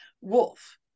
Wolf